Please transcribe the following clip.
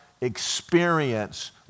experience